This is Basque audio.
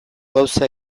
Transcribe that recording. gauza